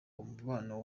umubano